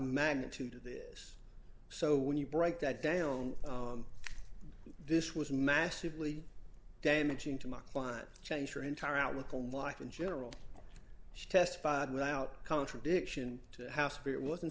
magnitude of this so when you break that down this was massively damaging to my client change your entire outlook on life in general she testified without contradiction to how severe